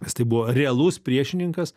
nes tai buvo realus priešininkas